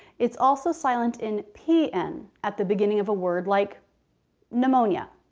it's also silent in pn at the beginning of a word like pneumonia.